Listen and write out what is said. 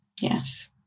Yes